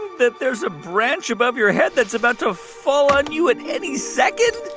that there's a branch above your head that's about to fall on you at any second?